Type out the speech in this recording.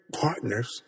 partners